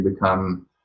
become